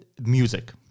music